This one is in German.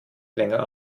länger